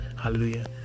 Hallelujah